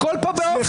הכול פה באופסייד.